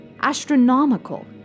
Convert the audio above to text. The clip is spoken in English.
Astronomical